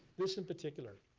this in particular.